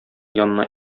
янына